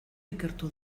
ikertu